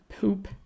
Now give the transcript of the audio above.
poop